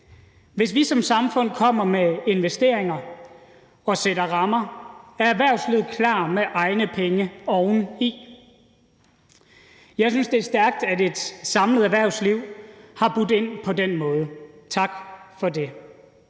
Hvis vi som samfund kommer med investeringer og sætter rammer, er erhvervslivet klar med egne penge oveni. Jeg synes, det er stærkt, at et samlet erhvervsliv har budt ind på den måde. Tak for det.